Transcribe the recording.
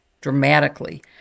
dramatically